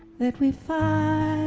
that we find